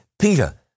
Peter